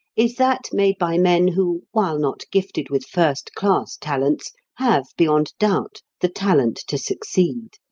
is that made by men who, while not gifted with first-class talents, have, beyond doubt, the talent to succeed.